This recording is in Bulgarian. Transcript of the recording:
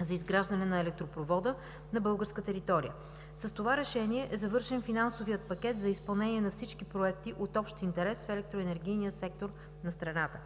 за изграждане на електропровода на българска територия. С това решение е завършен финансовият пакет за изпълнение на всички проекти от общ интерес в електроенергийния сектор на страната.